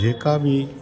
जेका बि